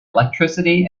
electricity